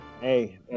Hey